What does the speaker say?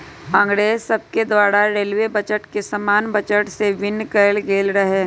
अंग्रेज सभके द्वारा रेलवे बजट के सामान्य बजट से भिन्न कएल गेल रहै